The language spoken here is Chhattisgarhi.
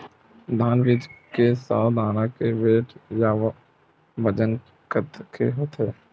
धान बीज के सौ दाना के वेट या बजन कतके होथे?